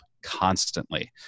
constantly